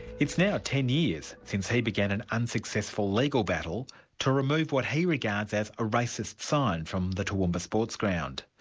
it's now ten years since he began an unsuccessful legal battle to remove what he regards as a racist sign from the toowoomba sports ground.